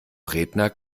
redner